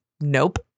Nope